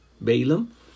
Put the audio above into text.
Balaam